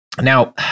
Now